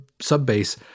sub-bass